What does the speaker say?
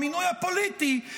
המינוי הפוליטי,